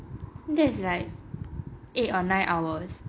that's like eight or nine hours